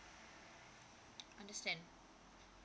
understand